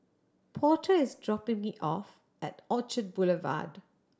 Porter is dropping me off at Orchard Boulevard